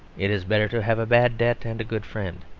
it is better to have a bad debt and a good friend.